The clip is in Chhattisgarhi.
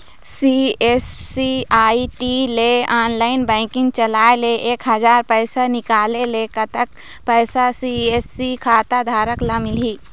सी.एस.सी आई.डी ले ऑनलाइन बैंकिंग चलाए ले एक हजार पैसा निकाले ले कतक पैसा सी.एस.सी खाता धारक ला मिलही?